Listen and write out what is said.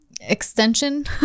extension